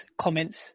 comments